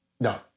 No